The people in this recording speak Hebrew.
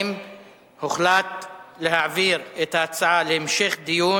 ההצעה להעביר את הצעת חוק לתיקון